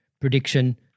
prediction